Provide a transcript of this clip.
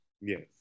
Yes